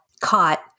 caught